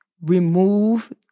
Remove